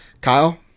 Kyle